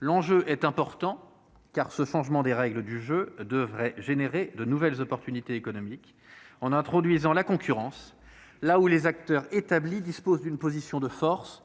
L'enjeu est important, car ce changement des règles du jeu devrait générer de nouvelles opportunités économiques, en introduisant la concurrence là où les acteurs établis disposent d'une position de force